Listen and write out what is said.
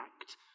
act